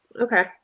okay